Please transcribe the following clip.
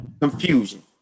Confusion